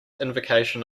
invocation